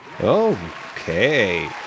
Okay